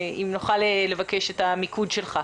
אם נוכל לבקש את המיקוד שלך.